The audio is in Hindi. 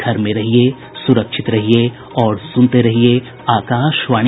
घर में रहिये सुरक्षित रहिये और सुनते रहिये आकाशवाणी